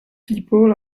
people